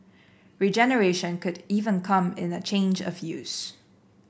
regeneration could even come in a change of use